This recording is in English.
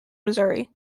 missouri